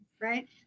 right